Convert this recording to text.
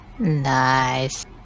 Nice